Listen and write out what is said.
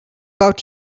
out